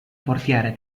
portiere